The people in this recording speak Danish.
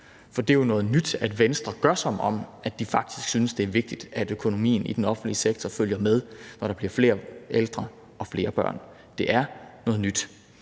For det er jo noget nyt, at Venstre gør, som om de faktisk synes, det er vigtigt, at økonomien i den offentlige sektor følger med, når der bliver flere ældre og flere børn. Det er noget nyt.